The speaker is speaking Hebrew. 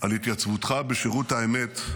על התייצבותך בשירות האמת,